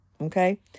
Okay